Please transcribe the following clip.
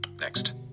Next